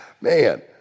Man